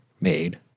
made